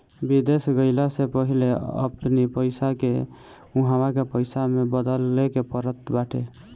विदेश गईला से पहिले अपनी पईसा के उहवा के पईसा में बदले के पड़त बाटे